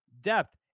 depth